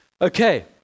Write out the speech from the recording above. Okay